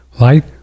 Light